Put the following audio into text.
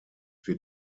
wird